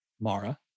Mara